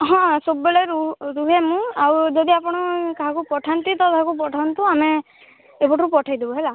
ହଁ ସବୁବେଳେ ରୁହେ ମୁଁ ଆଉ ଯଦି ଆପଣ କାହାକୁ ପଠାନ୍ତି ତ କାହାକୁ ପଠାନ୍ତୁ ଆମେ ଏପଟରୁ ପଠାଇଦେବୁ ହେଲା